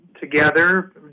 together